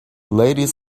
ladies